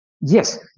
Yes